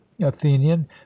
athenian